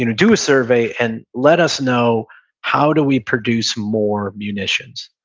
you know do a survey and let us know how do we produce more munitions.